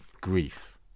grief